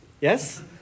yes